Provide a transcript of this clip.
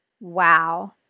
Wow